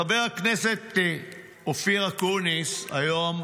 חבר הכנסת אופיר אקוניס, שנמצא היום